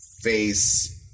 face